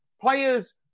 players